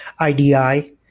IDI